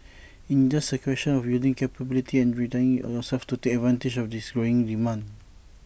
in just A question of building capability and readying yourselves to take advantage of this growing demand